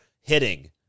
hitting